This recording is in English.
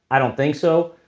i don't think so,